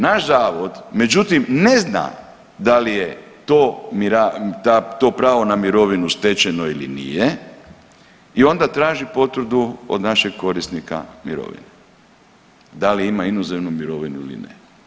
Naš zavod međutim ne zna da li je to, ta, to pravo na mirovinu ili nije i onda traži potvrdu od našeg korisnika mirovine da li ima inozemnu mirovinu ili ne.